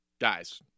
guys